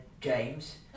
James